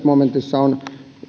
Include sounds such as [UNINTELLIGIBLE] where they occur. [UNINTELLIGIBLE] momentissa on